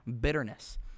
bitterness